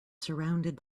surrounded